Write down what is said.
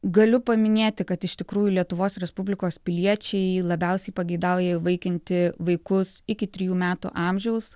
galiu paminėti kad iš tikrųjų lietuvos respublikos piliečiai labiausiai pageidauja įvaikinti vaikus iki trijų metų amžiaus